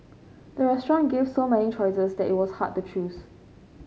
the restaurant gave so many choices that it was hard to choose